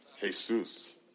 Jesus